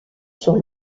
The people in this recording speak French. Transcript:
sur